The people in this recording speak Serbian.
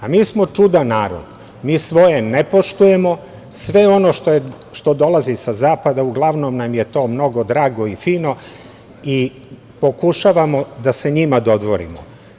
A mi smo čudan narod, mi svoje ne poštujemo, sve ono što dolazi sa zapada, uglavnom nam je to mnogo drago i fino, i pokušavamo da se njima dodvorimo.